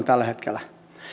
tällä hetkellä